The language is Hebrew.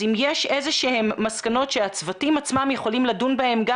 אם יש איזה שהן מסקנות שהצוותים עצמם יכולים לדון בהם גם